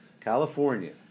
California